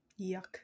Yuck